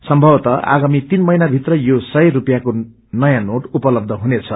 सम्मीवतः आगामी तीन महिनाभित्र यो सय स्ररिपयाँको नयाँ नोट उपलब्ब हुनेछ